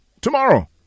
Tomorrow